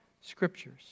scriptures